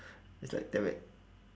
it's like dammit